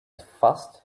fast